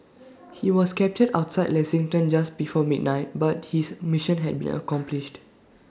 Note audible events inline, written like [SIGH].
[NOISE] he was captured outside Lexington just before midnight but his mission had been [NOISE] accomplished